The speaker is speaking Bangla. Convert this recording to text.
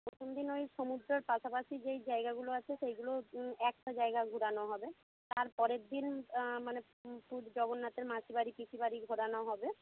প্রথম দিন ওই সমুদ্রের পাশাপাশি যেই জায়গাগুলো আছে সেইগুলো একটা জায়গা ঘুরানো হবে তারপরের দিন মানে পু জগন্নাথের মাসির বাড়ি পিসির বাড়ি ঘোরানো হবে